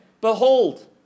Behold